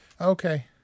Okay